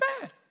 bad